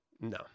No